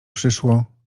przyszło